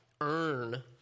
earn